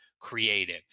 creative